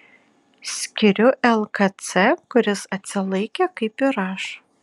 skiriu lkc kuris atsilaikė kaip ir aš